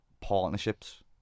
partnerships